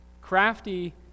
Crafty